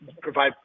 provide